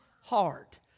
heart